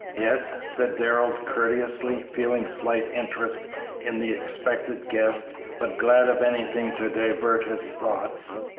yes? said darrell, courteously, feeling slight interest in the expected guest, but glad of anything to divert his thoughts.